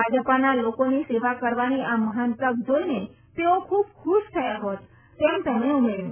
ભાજપાને લોકોની સેવા કરવાની આ મહાન તક જોઈને તેઓ ખૂબ ખુશ થયા હોત તેમ તેમણે ઉમેર્યું